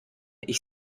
ich